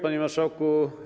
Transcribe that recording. Panie Marszałku!